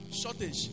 shortage